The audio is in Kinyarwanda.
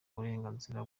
uburenganzira